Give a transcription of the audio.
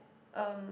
um